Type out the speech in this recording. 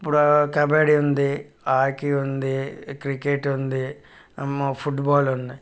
ఇప్పుడు కబడ్డీ ఉంది హాకీ ఉంది క్రికెట్ ఉంది ఫుడ్బాల్ ఉన్నాయి